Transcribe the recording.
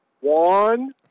One